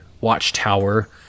watchtower